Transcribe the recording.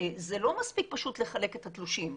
זה לא מספיק פשוט לחלק את התלושים.